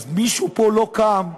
אז מישהו פה לא קם ושאל: